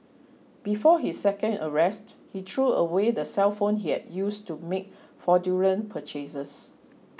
before his second arrest he threw away the cellphone he had used to make fraudulent purchases